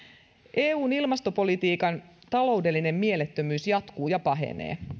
eun ilmastopolitiikan taloudellinen mielettömyys jatkuu ja pahenee